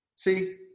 See